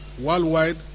Worldwide